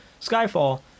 Skyfall